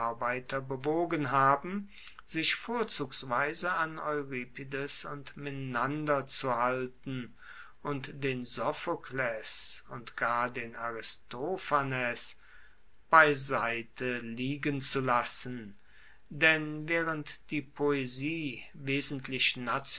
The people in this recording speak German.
bewogen haben sich vorzugsweise an euripides und menander zu halten und den sophokles und gar den aristophanes beiseite liegen zu lassen denn waehrend die poesie wesentlich